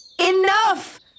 Enough